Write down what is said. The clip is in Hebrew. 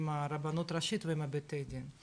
עם הרבנות ראשית ועם בתי הדין.